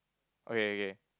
okay okay